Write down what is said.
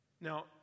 Now